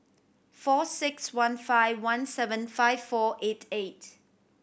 four six one five one seven five four eight eight